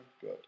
good